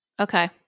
Okay